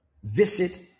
visit